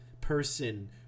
person